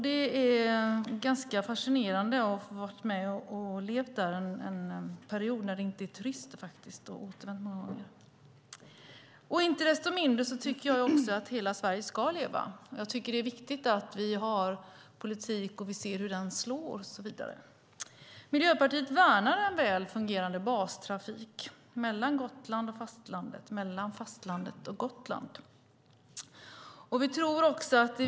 Det var fascinerande att leva där utanför turistsäsongen, och jag har som sagt återvänt många gånger. Hela Sverige ska leva. Det är viktigt att vi har en politik och att vi ser hur den slår. Miljöpartiet värnar en väl fungerande bastrafik mellan Gotland och fastlandet och mellan fastlandet och Gotland.